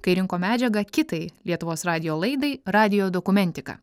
kai rinko medžiagą kitai lietuvos radijo laidai radijo dokumentika